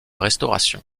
restauration